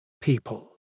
people